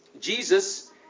Jesus